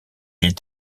est